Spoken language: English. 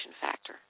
factor